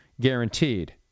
guaranteed